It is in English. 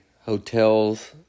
hotels